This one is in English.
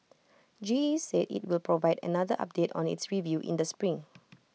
G E said IT will provide another update on its review in the spring